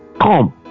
come